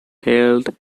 held